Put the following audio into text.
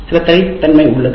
சில தனித்தன்மை உள்ளது